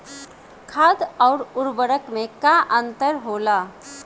खाद्य आउर उर्वरक में का अंतर होला?